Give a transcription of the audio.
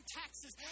taxes